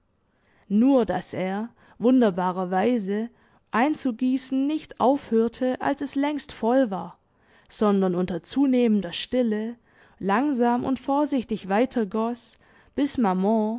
nur daß er wunderbarerweise einzugießen nicht aufhörte als es längst voll war sondern unter zunehmender stille langsam und vorsichtig weitergoß bis maman